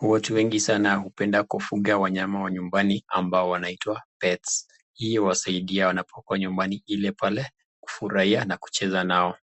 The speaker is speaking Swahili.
Watu wengi sana hupenda kufuga wanyama wa nyumbani ambao wanaitwa pets .hio wanasaidia wanapokuwa nyumbani ile pale, ufurahia na kucheza nao.